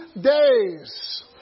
days